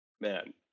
Man